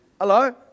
Hello